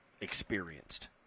experienced